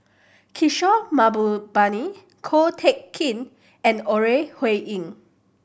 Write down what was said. Kishore Mahbubani Ko Teck Kin and Ore Huiying